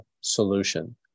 solution